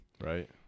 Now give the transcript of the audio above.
Right